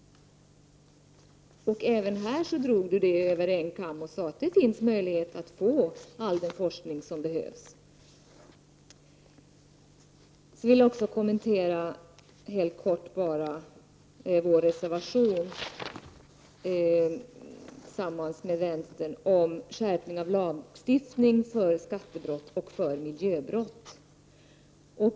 Även här drog Kent Carlsson allt över en kam och sade att det finns möjlighet att få till stånd all den forskning som behövs. Jag vill också helt kort bara kommentera vår reservation tillsammans med vänstern om skärpning av lagstiftningen beträffande skatteoch miljöbrott.